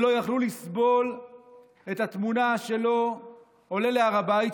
שלא יכלו לסבול את התמונה שלו עולה להר הבית,